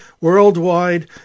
Worldwide